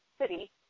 city